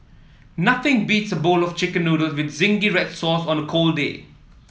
nothing beats a bowl of chicken noodles with zingy red sauce on a cold day